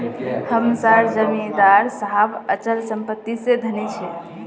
हम सार जमीदार साहब अचल संपत्ति से धनी छे